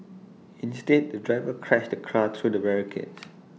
instead the driver crashed the car through the barricades